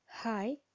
Hi